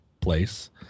place